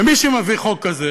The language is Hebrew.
ומי שמביא חוק כזה